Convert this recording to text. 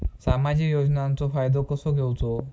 सामाजिक योजनांचो फायदो कसो घेवचो?